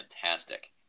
fantastic